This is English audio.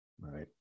right